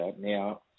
now